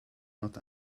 not